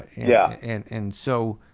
yeah and and so,